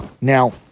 Now